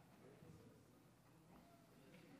אני לא, אני לא קורא למרי אזרחי.